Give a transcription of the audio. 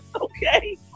Okay